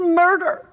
murder